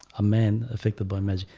a man affected by magic.